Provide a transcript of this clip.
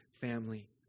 family